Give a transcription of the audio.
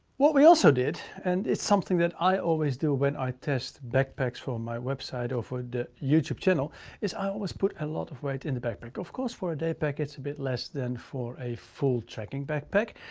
what we also did. and it's something that i always do when i test backpacks for my website or for the youtube channel is i always put a lot of weight in the backpack. of course, for a day pack, it's bit less than for a full trekking backpack.